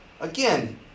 Again